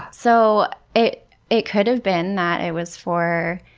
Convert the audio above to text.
so it it could have been that it was for